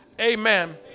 amen